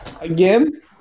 Again